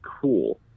Cool